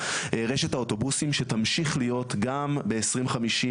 רשת האוטובוסים שתמשיך להיות גם ב-2050,